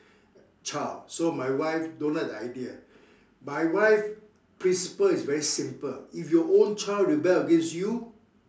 child so my wife don't like the idea my wife principle is very simple if your own child rebel against you